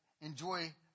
enjoy